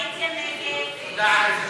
ההסתייגות לחלופין של קבוצת סיעת הרשימה המשותפת,